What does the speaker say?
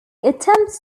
attempts